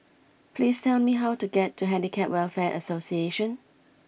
please tell me how to get to Handicap Welfare Association